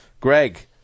Greg